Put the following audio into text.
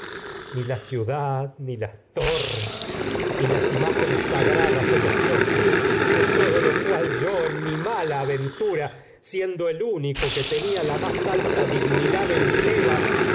ni la ciudad torres lo ni las ni las imágenes sagradas do los dioses de todo cual yo en mi malaventura siendo el único que a tenía la más alta dignidad en tebas